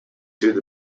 through